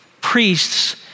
priests